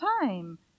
time